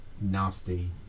nasty